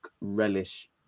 relish